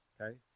Okay